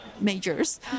Majors